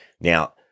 Now